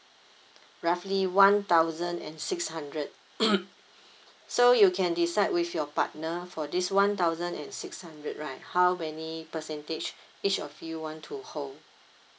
roughly one thousand and six hundred so you can decide with your partner for this one thousand and six hundred right how many percentage each of you want to hold